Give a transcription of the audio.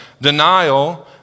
denial